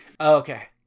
Okay